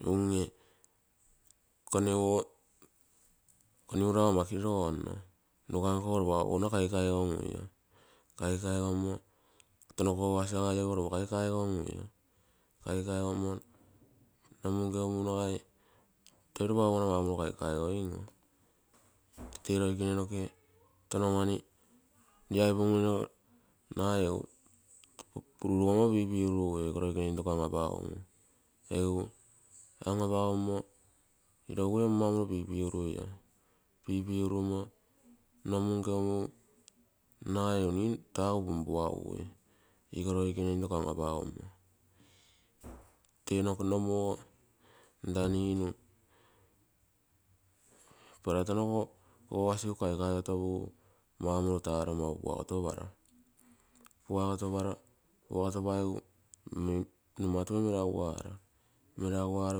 Unge konigurago ama kirogonno, ruka nkogo lopa ouougana kaikaigongui, kaikaigommo tono koogasigai ogo lopa ronrogangui, nomu nkeu muu nagai to lopa ouougana maumorilo kaikaigoin oo, tee roikene noke tono mani riai pumo nagai egu pururugommo pipigurugui oiko paigu ougana apaigakoro egu tata an apagomo tata maumorilo pipigurugui, nagai egu ninu tagu punpugugui, iko roikene intoko an apagommoi nte nomu ogo nta nin para ton kogogasiku kaikaigotougu maumorilo taaro puagotoparo, puagotopaigu numatupuro meraguaro, meraguaro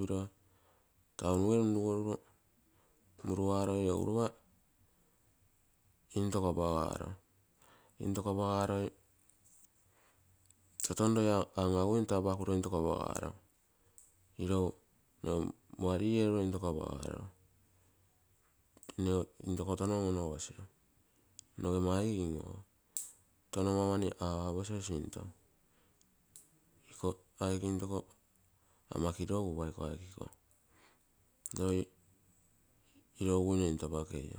piro town gee runrugoruro muruaroi egu ropa into apagaro. Intoko apagaroi nta ton roie on onogoipuine, iroi wari erulo intoko apagaro, nneego ton on-on ogosi, noge margim tono ama mani aposi sinto, iko aike into ama kiropa roi irouguine into apakein.